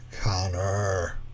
Connor